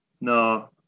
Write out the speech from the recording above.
No